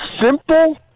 simple